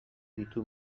ditu